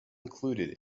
included